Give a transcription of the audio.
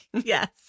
Yes